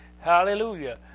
Hallelujah